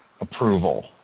approval